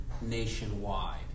nationwide